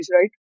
right